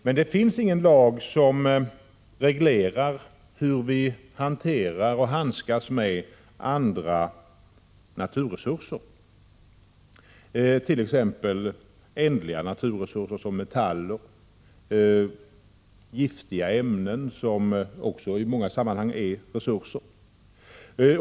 Men det finns ingen lag som reglerar hur vi skall hantera och handskas med andra naturresurser, t.ex. ändliga naturresurser som metaller, eller giftiga ämnen som i många sammanhang också är resurser.